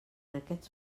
aquests